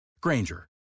Granger